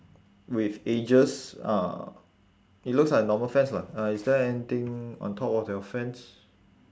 with edges uh it looks like a normal fence lah uh is there anything on top of your fence